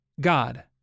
God